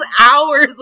hours